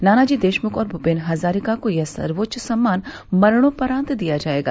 नानाजी देशमुख और भूपेन हज़ारिका को यह सर्वोच्च सम्मान मरणोपरांत दिया जायेगा